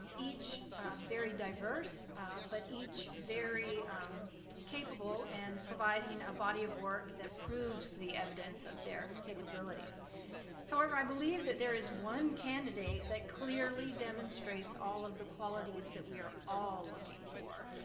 each very diverse but each very capable and providing a body of work that proves the evidence of their capabilities however i believe that there is one candidate that clearly demonstrates all of the qualities that we are all looking for.